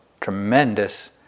tremendous